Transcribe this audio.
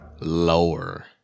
Lower